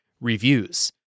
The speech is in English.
reviews